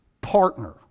partner